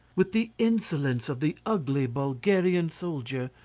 with the insolence of the ugly bulgarian soldier,